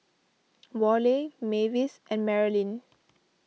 Worley Mavis and Marolyn